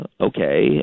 okay